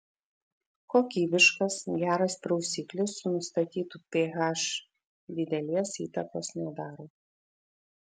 kokybiškas geras prausiklis su nustatytu ph didelės įtakos nedaro